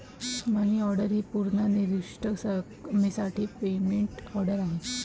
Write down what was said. मनी order ही पूर्व निर्दिष्ट रकमेसाठी पेमेंट ऑर्डर आहे